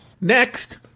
Next